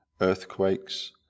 earthquakes